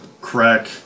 crack